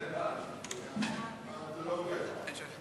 סעיפים 1 2 נתקבלו.